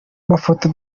mafoto